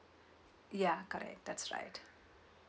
ya correct that's right